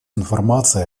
информация